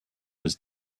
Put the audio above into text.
was